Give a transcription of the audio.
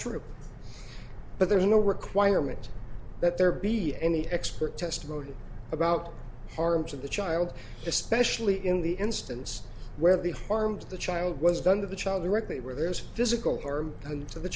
true but there is no requirement that there be any expert testimony about harm to the child especially in the instance where the harm to the child was done to the child directly where there is physical harm done to the